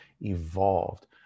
evolved